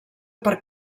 per